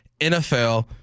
NFL